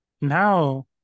now